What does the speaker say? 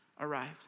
arrived